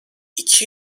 iki